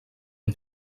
amb